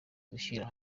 gushyira